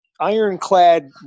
ironclad